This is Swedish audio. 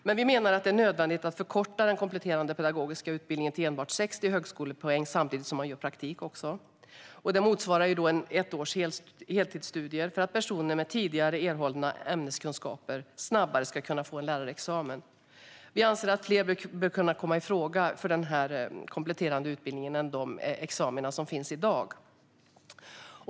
Men vi menar att det är nödvändigt att förkorta den kompletterande pedagogiska utbildningen till enbart 60 högskolepoäng, motsvarande ett års heltidsstudier, plus praktik för att personer med tidigare erhållna ämneskunskaper snabbare ska kunna få en lärarexamen. Vi anser att fler än i dag bör kunna komma i fråga för en sådan kompletterande utbildning.